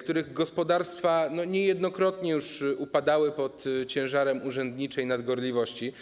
których gospodarstwa niejednokrotnie już upadały pod ciężarem urzędniczej nadgorliwości.